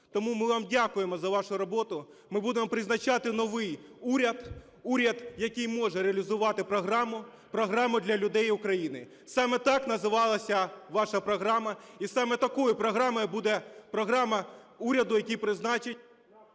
Тому ми вам дякуємо за вашу роботу. Ми будемо призначати новий уряд, уряд, який може реалізувати програму – програму для людей України. Саме так називалася ваша програма, і саме такою програмою буде програма уряду, який призначить